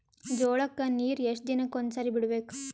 ಜೋಳ ಕ್ಕನೀರು ಎಷ್ಟ್ ದಿನಕ್ಕ ಒಂದ್ಸರಿ ಬಿಡಬೇಕು?